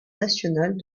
nationales